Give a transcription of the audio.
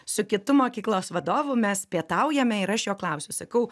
su kitu mokyklos vadovu mes pietaujame ir aš jo klausiu sakau